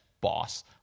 boss